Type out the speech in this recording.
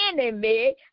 enemy